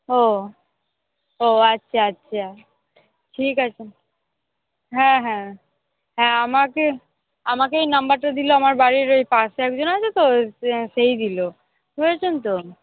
ও ও আচ্ছা আচ্ছা ঠিক আছে হ্যাঁ হ্যাঁ হ্যাঁ আমাকে আমাকে এই নম্বরটা দিলো আমার বাড়ির ওই পাশে একজন আছে তো সেই দিলো বুঝছেন তো